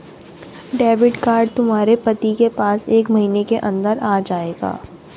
debit card तुम्हारे पति के पास एक महीने के अंदर आ जाएगा